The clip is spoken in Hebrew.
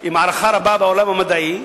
בעל הערכה רבה בעולם המדעי,